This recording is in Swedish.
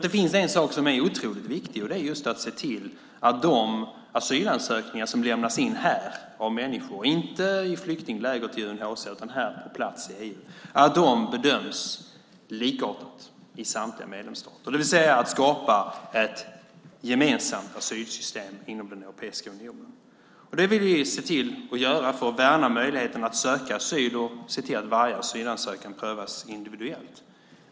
Det finns en sak som är otroligt viktig: att se till att de asylansökningar som lämnas in här av människor, inte i flyktinglägret i UNHCR, utan här på plats i EU, bedöms likartat i samtliga medlemsstater, det vill säga att skapa ett gemensamt asylsystem inom Europeiska unionen. Det vill vi se till att göra för att värna möjligheten att söka asyl och se till att varje asylansökan prövas individuellt.